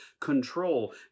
control